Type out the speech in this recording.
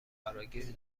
فراگیر